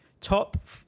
Top